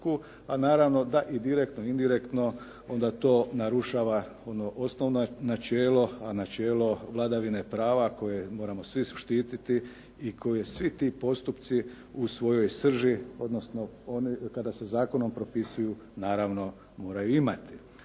a naravno da i direktno i indirektno onda to narušava ono osnovno načelo, načelo vladavine prava koje moramo svi štititi i koje svi ti postupci u svojoj srži, odnosno kada se zakonom propisuju naravno moraju imati.